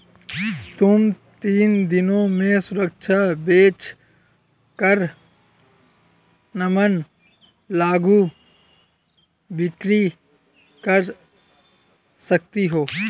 तुम तीन दिनों में सुरक्षा बेच कर नग्न लघु बिक्री कर सकती हो